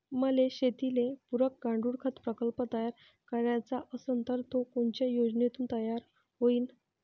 मले शेतीले पुरक गांडूळखत प्रकल्प तयार करायचा असन तर तो कोनच्या योजनेतून तयार होईन?